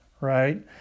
right